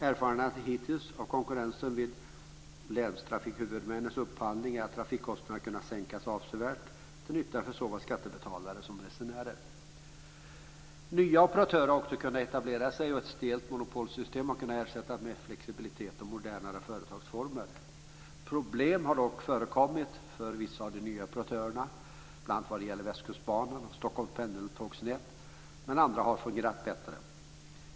Erfarenheterna hittills av konkurrensen vid länstrafikhuvudmännens upphandling är att trafikkostnaderna har kunnat sänkas avsevärt till nytta för såväl skattebetalare som resenärer. Nya operatörer har också kunnat etablera sig, och ett stelt monopolsystem har kunnat ersättas med flexibilitet och modernare företagsformer. Problem har dock förekommit för vissa av de nya operatörerna, bl.a. för Västkustbanan och Stockholms pendeltågsnät, medan andra har fungerat bättre.